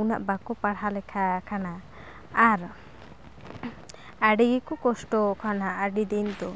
ᱩᱱᱟᱹᱜ ᱵᱟᱠᱚ ᱯᱟᱲᱟᱦᱟᱣ ᱞᱮᱠᱷᱟ ᱟᱠᱟᱱᱟ ᱟᱨ ᱟᱹᱰᱤ ᱜᱮᱠᱚ ᱠᱚᱥᱴᱚᱣᱟᱠᱟᱱᱟ ᱟᱹᱰᱤ ᱫᱤᱱ ᱫᱚ